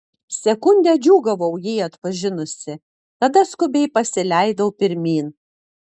sekundę džiūgavau jį atpažinusi tada skubiai pasileidau pirmyn